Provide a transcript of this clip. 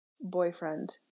boyfriend